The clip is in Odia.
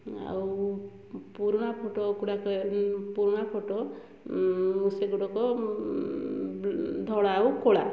ଆଉ ପୁରୁଣା ଫଟୋ ଗୁଡ଼ାକ ମୁଁ ପୁରୁଣା ଫଟୋ ସେଗୁଡ଼ାକ ଧଳା ଆଉ କଳା